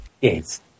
Yes